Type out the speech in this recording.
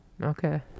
Okay